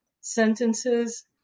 sentences